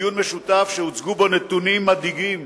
בדיון משותף שהוצגו בו נתונים מדאיגים